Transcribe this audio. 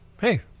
Hey